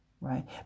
right